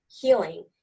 healing